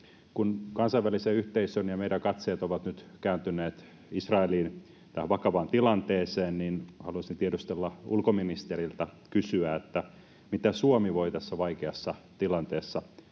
Kun kansainvälisen yhteisön ja meidän katseet ovat nyt kääntyneet Israeliin, tähän vakavaan tilanteeseen, haluaisin kysyä ulkoministeriltä: Mitä Suomi voi tässä vaikeassa tilanteessa tehdä